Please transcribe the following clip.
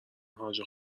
حاج